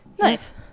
Nice